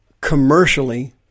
commercially